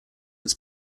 its